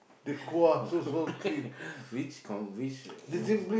which con which room